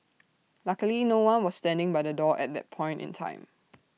luckily no one was standing by the door at that point in time